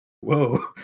Whoa